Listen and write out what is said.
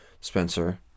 Spencer